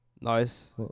nice